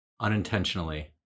unintentionally